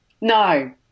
No